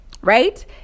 right